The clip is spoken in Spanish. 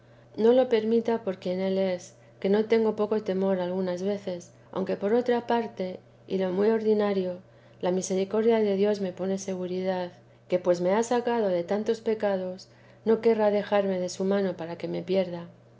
no lo permita por quien él es que no tengo poco temor algunas veces aunque por otra parte y lo muy ordinario la misericordia de dios me pone seguridad que pues me ha sacado de tantos pecados no querrá dejarme de su mano para que me pierda